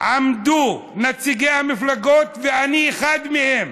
עמדו נציגי המפלגות, ואני אחד מהם,